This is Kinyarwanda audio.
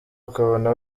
ukabona